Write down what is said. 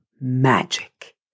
Magic